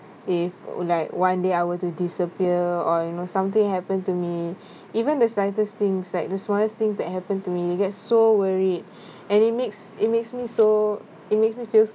if like one day I were to disappear or you know something happened to me even the slightest things like the smallest thing that happened to me you get so worried and it makes it makes me so it makes me feel